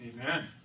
Amen